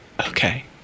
Okay